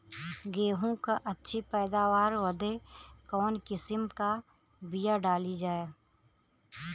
गेहूँ क अच्छी पैदावार बदे कवन किसीम क बिया डाली जाये?